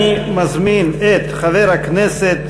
אני מזמין את חבר הכנסת